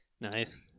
nice